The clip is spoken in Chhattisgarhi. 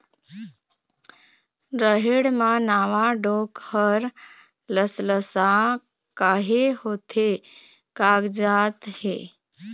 रहेड़ म नावा डोंक हर लसलसा काहे होथे कागजात हे?